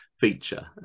feature